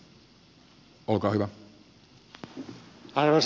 arvoisa herra puhemies